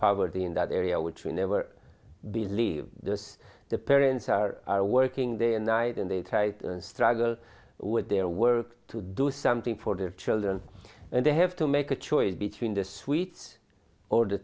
poverty in that area which we never believe this the parents are working their night and they struggle with their work to do something for their children and they have to make a choice between the sweets or the